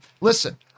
listen